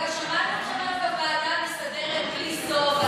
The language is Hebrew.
ועדה מסדרת, בלי סוף וכל הכיבודים.